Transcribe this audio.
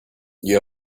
you